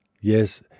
Yes